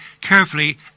carefully